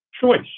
choice